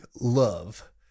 love